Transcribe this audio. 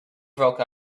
broke